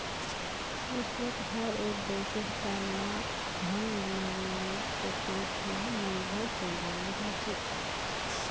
विश्वत हर एक देशेर तना धन निर्माणेर के कुछु मूलभूत सिद्धान्त हछेक